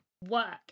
work